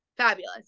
Fabulous